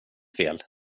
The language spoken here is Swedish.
fel